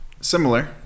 similar